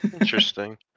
Interesting